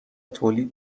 تولید